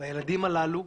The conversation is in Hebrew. והילידים הללו,